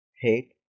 hate